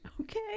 okay